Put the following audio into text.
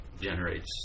generates